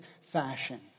fashion